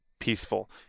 Peaceful